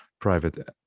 private